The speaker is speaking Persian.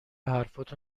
حرفاتو